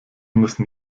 müssen